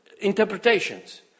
interpretations